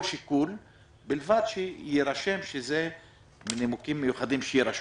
שיקול ובלבד שיירשם שזה מנימוקים מיוחדים שיירשמו.